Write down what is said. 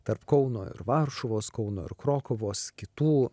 tarp kauno ir varšuvos kauno ir krokuvos kitų